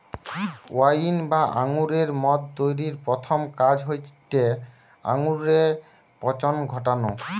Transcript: wine বা আঙুরের মদ তৈরির প্রথম কাজ হয়টে আঙুরে পচন ঘটানা